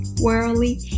worldly